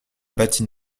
bâtie